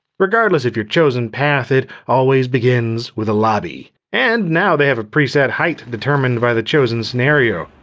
regardless of your chosen path, it always begins with a lobby. and now they have a preset height determined by the chosen scenario.